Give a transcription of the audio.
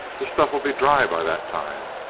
the stuff'll be dry by that time!